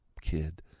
kid